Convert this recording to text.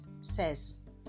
says